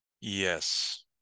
yes